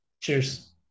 Cheers